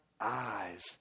eyes